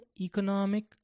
economic